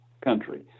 country